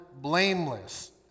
blameless